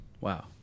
Wow